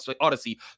Odyssey